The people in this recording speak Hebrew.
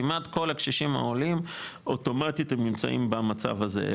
כמעט כל הקשישים העולים אוטומטית הם נמצאים במצב הזה,